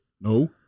No